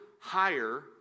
higher